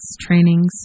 trainings